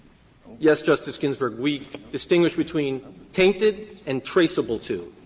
yes, justice ginsburg. we distinguish between tainted and traceable to.